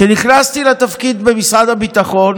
כשנכנסתי לתפקיד במשרד הביטחון